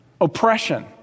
oppression